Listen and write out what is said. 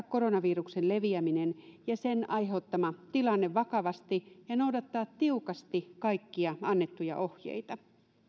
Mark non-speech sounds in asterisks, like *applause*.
*unintelligible* koronaviruksen leviäminen ja sen aiheuttama tilanne vakavasti ja noudattaa tiukasti kaikkia annettuja ohjeita